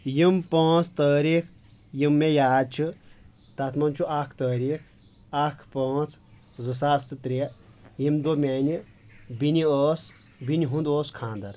یِم پانٛژھ تٲریخ یِم مےٚ یاد چھِ تتھ منٛز چھُ اکھ تٲریخ اکھ پانٛژھ زٕ ساس تہٕ ترٛےٚ ییٚمہِ دۄہ میانہِ بیٚنہِ ٲس بیٚنہِ ہُنٛد اوس خانٛدر